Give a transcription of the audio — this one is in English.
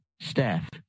Staff